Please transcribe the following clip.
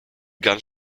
ganz